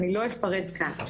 לא אפרט כאן.